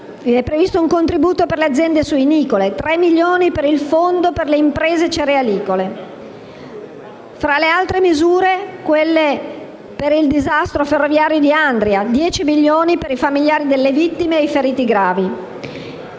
è previsto un contributo per le aziende suinicole e tre milioni per il fondo per le imprese cerealicole. Tra le altre misure vi sono quelle per il disastro ferroviario di Andria: 10 milioni per i familiari delle vittime e i feriti gravi.